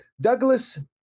douglas